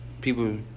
people